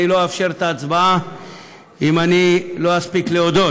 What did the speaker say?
אני לא אאפשר הצבעה אם אני לא אספיק להודות,